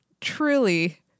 truly